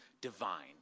divine